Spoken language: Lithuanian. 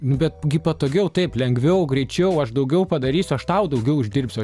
bet gi patogiau taip lengviau greičiau aš daugiau padarysiu aš tau daugiau uždirbsiu